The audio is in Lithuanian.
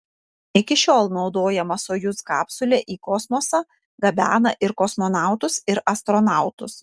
iki šiol naudojama sojuz kapsulė į kosmosą gabena ir kosmonautus ir astronautus